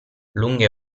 lunghe